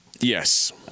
Yes